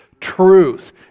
truth